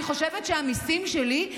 אני חושבת שהמיסים שלי,